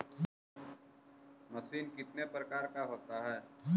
Machine कितने प्रकार का होता है?